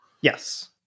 Yes